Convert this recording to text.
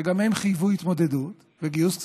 וגם הם חייבו התמודדות וגיוס כספים,